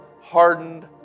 hardened